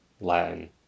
Latin